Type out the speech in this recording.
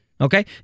okay